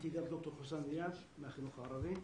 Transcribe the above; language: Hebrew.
איתי גם ד"ר חוסאם דיאב מהחינוך הערבי.